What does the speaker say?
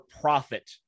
profit